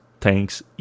thanks